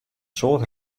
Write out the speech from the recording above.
soad